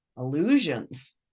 illusions